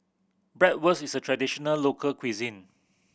bratwurst is a traditional local cuisine